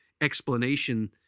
explanation